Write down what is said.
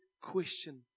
question